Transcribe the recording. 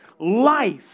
life